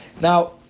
Now